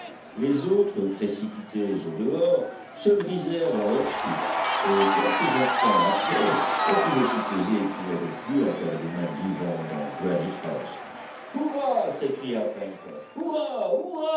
les autres précipités au dehors se brisèrent dans leur chute et quelques instants après on pouvait supposer qu'il n'y avait plus un quadrumane vivant dans granite house hurrah s'écria